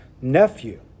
nephew